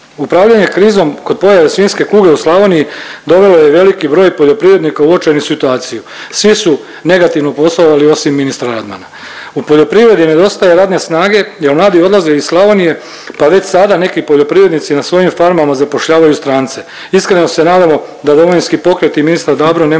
Upravljanje krizom kod pojave svinjske kuge u Slavoniji dovelo je veliki broj poljoprivrednika u očajnu situaciju. Svi su negativno poslovali osim ministra Radmana. U poljoprivredi nedostaje radne snage, jer mladi odlaze iz Slavonije, pa već sada neki poljoprivrednici na svojim farmama zapošljavaju strance. Iskreno se nadamo da Domovinski pokret i ministar Dabro nemaju